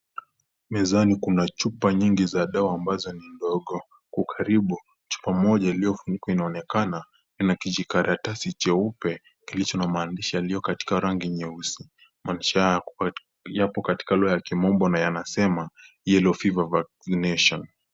Mezani kuna chupa nyingi za dawa ambazo ni ndogo, kwa ukaribu chupa moja iliyofunikwa inaonekana, ina kijikaratasi cheupe kilicho na maandishi yaliyo katika rangi nyeusi, maandishi haya yako katika lugha ya kimombo yanasema yellow fever vaccination.